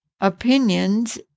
opinions